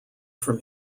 from